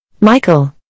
Michael